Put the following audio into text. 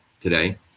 today